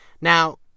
Now